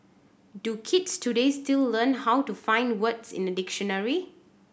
do kids today still learn how to find words in a dictionary